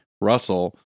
Russell